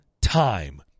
time